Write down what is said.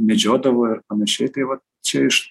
medžiodavo ir panašiai tai vat čia iš